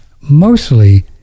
mostly